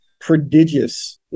prodigious